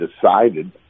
decided